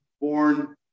born